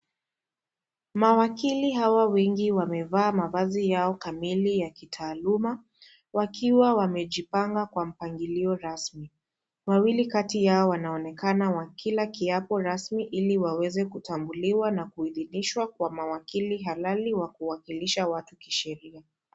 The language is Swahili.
Mawakili hawa wengi wamevaa mavazi yao kamili ya kitaaluma, wakiwa wamejipanga kwa mpangilio rasmi. Wawili kati yao wanaonekana wakila kiapo rasm ili waweze kutambuliwa na kuithinishwa kwa mawakili halali wa kuwakilisha watu kisheria.